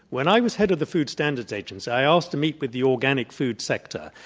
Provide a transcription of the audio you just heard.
when i was head of the food stand ards agency, i asked to meet with the organic food sector.